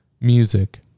music